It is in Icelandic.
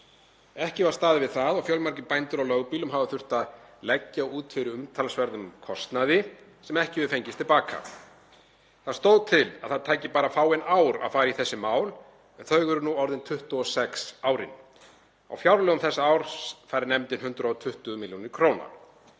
Ekki var staðið við það og fjölmargir bændur á lögbýlum hafa þurft að leggja út fyrir umtalsverðum kostnaði sem ekki hefur fengist til baka. Það stóð til að það tæki bara fáein ár að fara í þessi mál en þau eru nú orðin 26, árin. Á fjárlögum þessa árs fær nefndin 120 millj. kr.